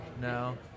No